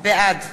בעד